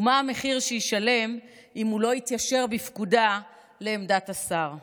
ומה המחיר שישלם אם הוא לא יתיישר בפקודה לעמדת השר.